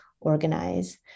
organize